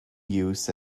use